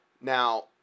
now